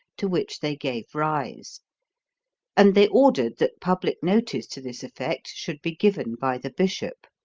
to which they gave rise and they ordered that public notice to this effect should be given by the bishop.